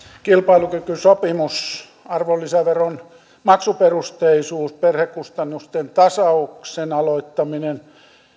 kilpailukykysopimus arvonlisäveron maksuperusteisuus perhekustannusten tasauksen aloittaminen